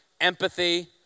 Empathy